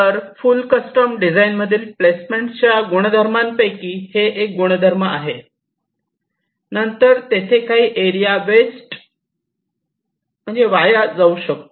तर full custom डिझाइनमधील प्लेसमेंटच्या गुणधर्मांपैकी हे एक गुणधर्म आहे नंतर तेथे काही एरिया वेस्ट वाया जाऊ शकते